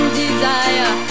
desire